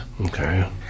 Okay